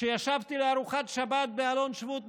כשישבתי בארוחת שבת באלון שבות,